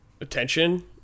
attention